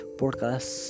podcast